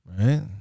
right